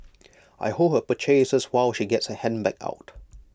I hold her purchases while she gets her handbag out